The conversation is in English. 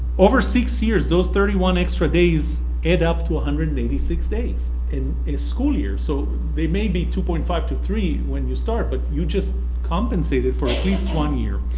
over six years those thirty one extra days add up to one hundred and eighty six days in a school year so they maybe two point five to three when you start but you just compensated for at least one year.